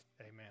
Amen